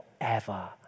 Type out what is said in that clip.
forever